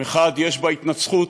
מחד יש בה התנצחות,